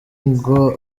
ngo